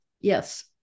yes